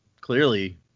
clearly